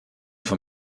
von